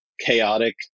chaotic